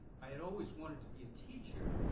i had always wanted to be a teacher,